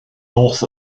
north